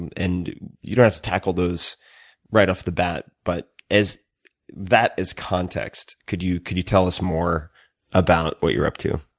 and and you don't have to tackle those right off the back but with that as context, could you could you tell us more about what you're up to?